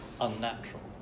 unnatural